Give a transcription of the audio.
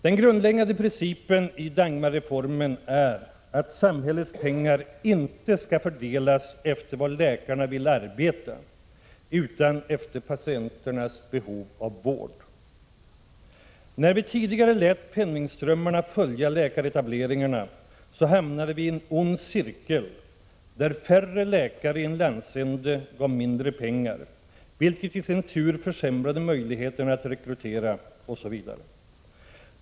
Den grundläggande principen i Dagmarreformen är att samhällets pengar inte skall fördelas med hänsyn till var läkarna vill arbeta utan med tanke på patienternas behov av vård. När vi tidigare lät pennningströmmarna följa läkaretableringarna hamnade vi i en ond cirkel, där färre läkare i en landsända gav mindre pengar, vilket i sin tur försämrade möjligheterna att rekrytera, osv.